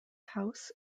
house